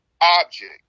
object